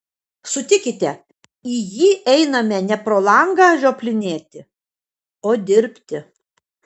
sutikite į jį einame ne pro langą žioplinėti o dirbti